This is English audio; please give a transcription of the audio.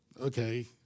okay